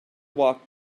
walked